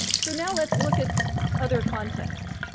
so now let's look at other contexts,